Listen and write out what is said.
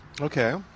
Okay